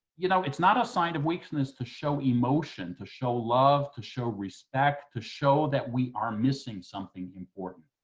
you know, it's not a sign of weakness to show emotion, to show love, to show respect, to show that we are missing something important.